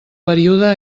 període